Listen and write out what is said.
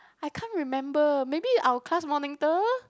I can't remember maybe our class monitor